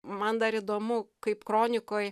man dar įdomu kaip kronikoj